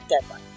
deadline